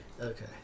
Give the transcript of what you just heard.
Okay